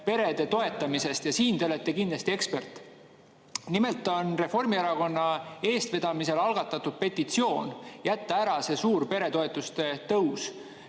perede toetamisest ja siin te olete kindlasti ekspert. Nimelt on Reformierakonna eestvedamisel algatatud petitsioon, et jäetaks ära suurperetoetuste tõus.